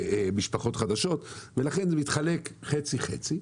משפחות חדשות, ולכן זה מתחלק חצי-חצי,